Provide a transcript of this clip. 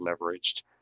leveraged